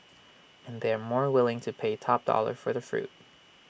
and they are more willing to pay top dollar for the fruit